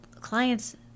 clients